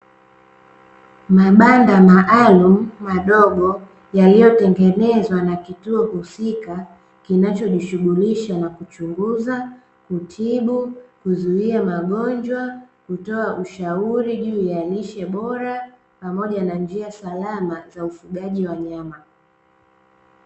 Mabanda maalumu madogo, yaliyotengenezwa na kituo husika kinachojihusisha na kuchunguza, kutibu, kuzuia magonjwa, kutoa ushauri juu ya lishe bora, pamoja na njia salama za ufugaji wa nyama.